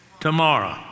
tomorrow